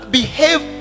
behave